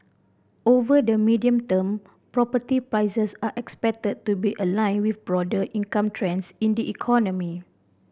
over the medium term property prices are expected to be aligned with broader income trends in the economy